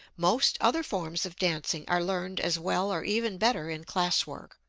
most other forms of dancing are learned as well or even better in classwork.